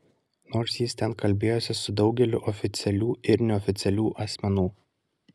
nors jis ten kalbėjosi su daugeliu oficialių ir neoficialių asmenų